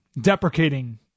deprecating